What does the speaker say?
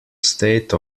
state